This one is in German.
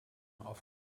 auf